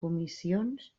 comissions